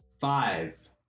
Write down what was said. five